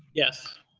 yes.